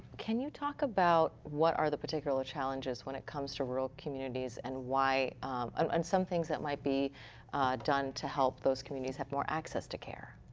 can you talk about what are the particular challenges when it comes to rural communities and um um and some things that might be done to help those communities have more access to care?